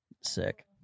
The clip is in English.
Sick